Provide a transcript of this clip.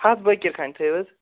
ہَتھ بٲکِرخانہِ تھٲوِو حظ